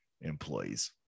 employees